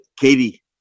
Katie